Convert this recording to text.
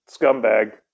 scumbag